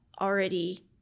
Already